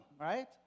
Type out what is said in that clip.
right